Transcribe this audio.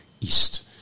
east